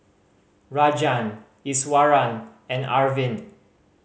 Rajan Iswaran and Arvind